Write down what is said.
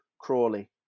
Crawley